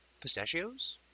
pistachios